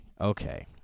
okay